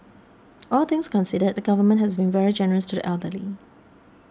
all things considered the Government has been very generous to the elderly